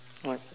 what